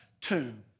tomb